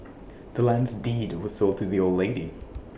the land's deed was sold to the old lady